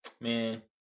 man